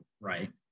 right